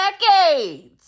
decades